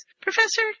Professor